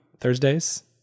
Thursdays